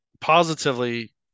positively